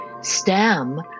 stem